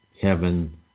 heaven